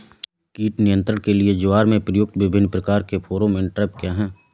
कीट नियंत्रण के लिए ज्वार में प्रयुक्त विभिन्न प्रकार के फेरोमोन ट्रैप क्या है?